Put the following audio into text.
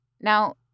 Now